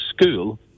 school